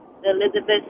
Elizabeth